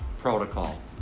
protocol